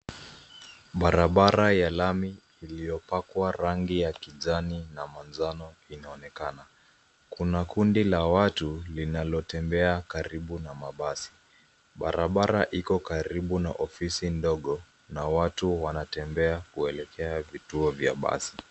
Barabara ya lami iliyopakwa rangi ya kijani na manjano inaonekana. Kuna kundi la watu, linaotembea karibu na mabasi. Barabara iko karibu na ofisi ndogo na watu wanatembea kuelekea vituo vya basi .